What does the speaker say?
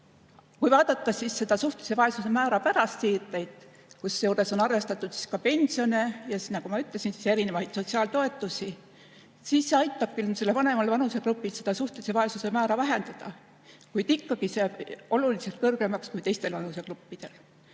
Kui vaadata seda suhtelise vaesuse määra pärast siirdeid, kusjuures on arvestatud ka pensione, ja nagu ma ütlesin, erinevaid sotsiaaltoetusi, siis see aitab küll sellel vanemal vanusegrupil suhtelise vaesuse määra vähendada, kuid ikkagi jääb see oluliselt kõrgemaks kui teistel vanusegruppidel,